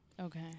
Okay